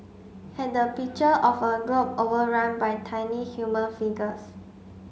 had the picture of a globe overrun by tiny human figures